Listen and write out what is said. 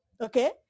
okay